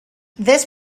this